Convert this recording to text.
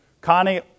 Connie